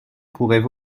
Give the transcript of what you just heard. pourraient